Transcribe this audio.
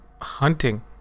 hunting